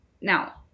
now